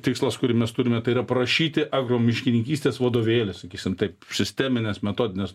tikslas kurį mes turime tai yra parašyti ar miškininkystės vadovėlį sakysime taip sistemines metodines